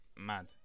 mad